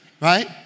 right